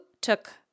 took